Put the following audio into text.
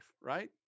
right